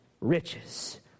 riches